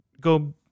go